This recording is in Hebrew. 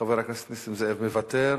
חבר הכנסת נסים זאב מוותר,